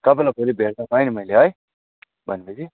तपाईँलाई भोलि भेट्दा भयो नि है मैले है भनेपछि